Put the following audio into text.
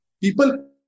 people